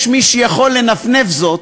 יש מי שיכול לנפנף זאת.